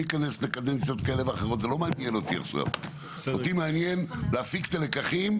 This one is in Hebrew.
אותי מעניין להפיק את הלקחים,